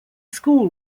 school